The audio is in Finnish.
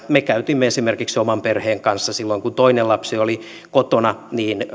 me käytimme esimerkiksi oman perheen kanssa silloin kun toinen lapsi oli kotona